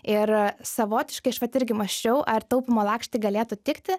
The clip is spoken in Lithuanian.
ir savotiškai aš vat irgi mąsčiau ar taupymo lakštai galėtų tikti